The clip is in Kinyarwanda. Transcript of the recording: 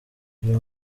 uyu